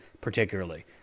particularly